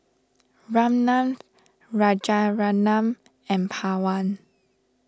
Ramnath Rajaratnam and Pawan